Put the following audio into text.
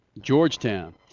Georgetown